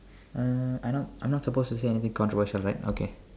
uh I not I'm not supposed to say anything controversial right okay